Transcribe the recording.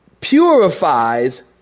purifies